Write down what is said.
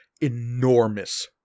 enormous